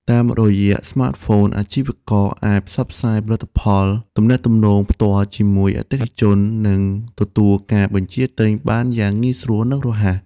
តាមរយៈស្មាតហ្វូន អាជីវករអាច ផ្សព្វផ្សាយផលិតផល ទំនាក់ទំនងផ្ទាល់ជាមួយអតិថិជន និងទទួលការបញ្ជាទិញបានយ៉ាងងាយស្រួល និងរហ័ស។